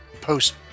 post